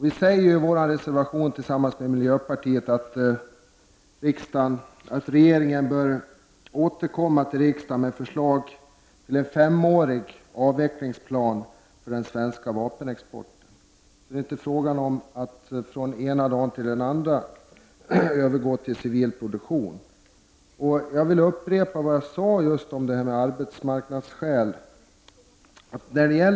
Vi säger i den reservation som vi har framställt tillsammans med miljöpartiet att regeringen bör återkomma till riksdagen med förslag om en femårig avvecklingsplan för den svenska vapenexporten. Det är alltså inte fråga om att från den ena dagen till den andra övergå till civil produktion. Jag upprepar vad jag tidigare sagt om just detta med arbetsmarknadsskäl.